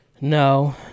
No